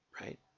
right